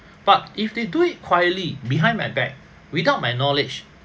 but if they do it quietly behind my back without my knowledge